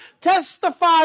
testify